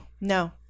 No